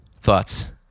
Thoughts